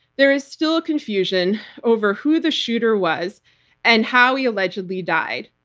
there is still a confusion over who the shooter was and how he allegedly died.